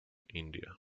india